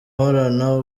uhorana